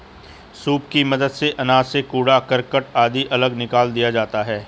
soup की मदद से अनाज से कूड़ा करकट आदि अलग निकाल दिया जाता है